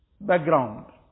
background